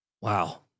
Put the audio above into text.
Wow